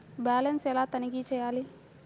Balance ఎలా తనిఖీ చేయాలి?